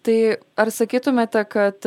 tai ar sakytumėte kad